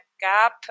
gap